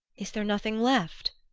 is there nothing left?